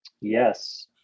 Yes